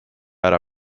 ära